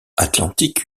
atlantique